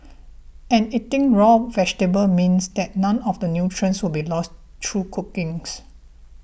and eating raw vegetables means that none of the nutrients will be lost through cookings